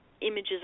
images